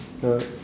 ya